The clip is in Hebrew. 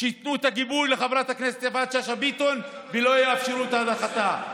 ייתנו את הגיבוי לחברת הכנסת יפעת שאשא ביטון ולא יאפשרו את הדחתה.